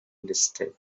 listed